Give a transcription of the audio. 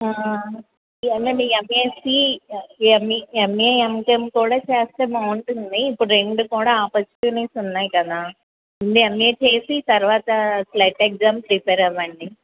ఎమ్ MSc M MA MCom కూడా చేస్తే బాగుంటుంది ఇప్పుడు రెండూ కూడా ఆపర్చునిటీస్ ఉన్నాయి కదా ముందు ఎమ్ఏ చేసి తరువాత స్లెట్ ఎగ్జామ్ ప్రిపేర్ అవ్వండి